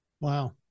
Wow